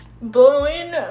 Blowing